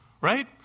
right